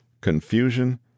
confusion